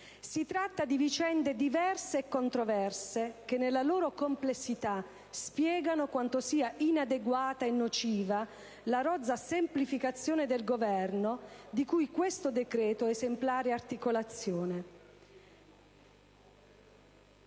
Si tratta di vicende diverse e controverse, che nella loro complessità spiegano quanto sia inadeguata e nociva la rozza semplificazione del Governo, di cui questo decreto è esemplare articolazione.